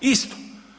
Isto.